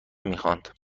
میخواند